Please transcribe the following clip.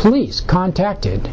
police contacted